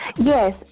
Yes